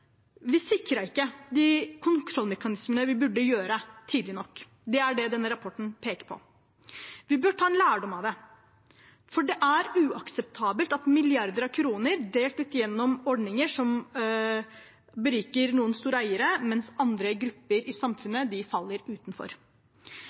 Vi sikret ikke de kontrollmekanismene vi burde hatt, tidlig nok. Det er det denne rapporten peker på. Vi bør ta lærdom av det, for det er uakseptabelt at milliarder av kroner blir delt ut gjennom ordninger som beriker noen store eiere, mens andre grupper i